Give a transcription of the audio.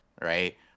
right